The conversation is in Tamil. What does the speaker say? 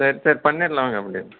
சரி சரி பண்ணிடலாம் வாங்க அப்படியே